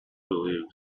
believed